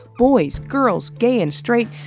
boys, girls, gay and straight,